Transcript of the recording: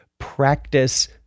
Practice